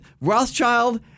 Rothschild